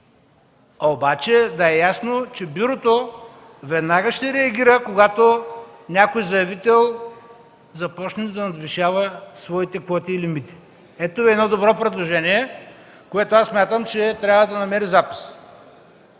обаче да е ясно, че Бюрото веднага ще реагира, когато някой заявител започне да надвишава своите квоти и лимити. Ето едно добро предложение, което смятам, че трябва да намери запис.